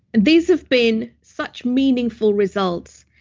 these have been such meaningful results,